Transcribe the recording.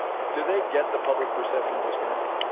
do they get the public-perception disconnect?